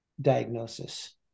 diagnosis